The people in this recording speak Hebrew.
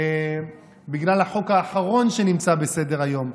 בגלל החוק האחרון שנמצא על סדר-היום,